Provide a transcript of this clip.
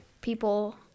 people